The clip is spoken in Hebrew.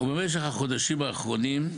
במשך החודשים האחרונים,